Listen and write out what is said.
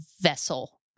vessel